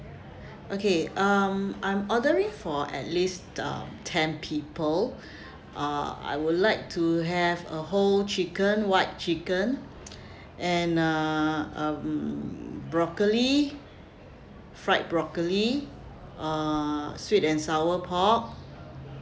okay um I'm ordering for at least uh ten people uh I would like to have a whole chicken white chicken and a um broccoli fried broccoli uh sweet and sour pork